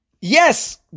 yes